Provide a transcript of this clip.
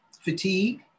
Fatigue